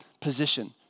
position